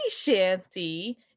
shanty